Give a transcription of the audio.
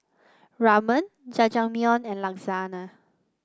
Ramen Jajangmyeon and Lasagne